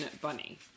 Bunny